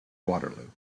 waterloo